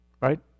Right